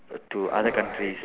to other countries